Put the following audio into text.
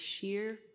sheer